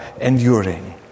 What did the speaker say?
enduring